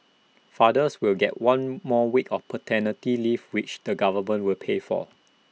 fathers will get one more week of paternity leave which the government will pay for